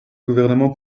gouvernement